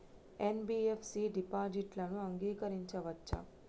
NBFC డిపాజిట్లను అంగీకరించవచ్చా?